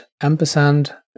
ampersand